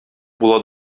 була